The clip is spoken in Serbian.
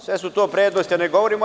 Sve su to prednosti, a da ne govorim o EU.